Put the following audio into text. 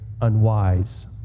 unwise